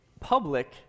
public